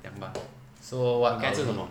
你刚才吃什么